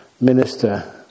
minister